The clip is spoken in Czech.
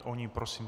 Oni prosím.